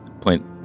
point